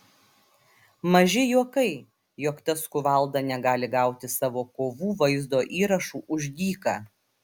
maži juokai jog tas kuvalda negali gauti savo kovų vaizdo įrašų už dyką